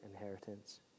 inheritance